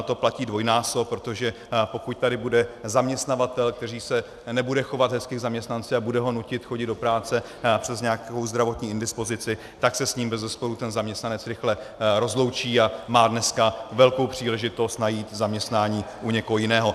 To platí dvojnásob, protože pokud tady bude zaměstnavatel, který se nebude chovat hezky k zaměstnanci a bude ho nutit chodit do práce přes nějakou zdravotní indispozici, tak se s ním bezesporu ten zaměstnanec rychle rozloučí a má dneska velkou příležitost najít zaměstnání u někoho jiného.